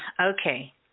Okay